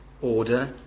order